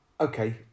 Okay